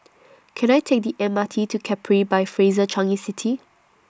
Can I Take The M R T to Capri By Fraser Changi City